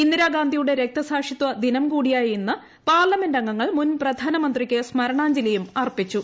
ഇന്ദിരാഗാന്ധിയുടെ രക്തസാക്ഷിത്വദിനം കൂടിയായ ഇന്ന് പാർലമെന്റുംഗങ്ങൾ മുൻപ്രധാനമന്ത്രിക്ക് സ്മരാണാജ്ഞലിയും അർപ്പിച്ചു